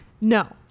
No